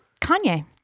Kanye